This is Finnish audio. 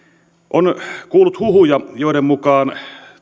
on kuulunut huhuja joiden mukaan